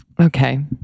okay